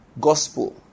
gospel